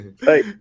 Hey